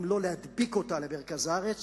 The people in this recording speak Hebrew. אם לא להדביק אותה למרכז הארץ,